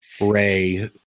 Ray